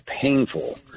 painful